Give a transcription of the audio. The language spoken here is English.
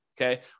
okay